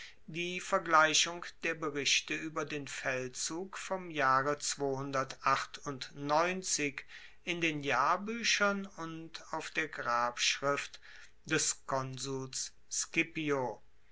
die vergleichung der berichte ueber den feldzug vom jahre in den jahrbuechern und auf der grabschrift des konsuls scipio